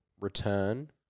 return